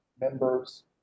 members